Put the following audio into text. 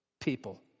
people